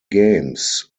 games